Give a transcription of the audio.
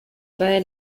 bei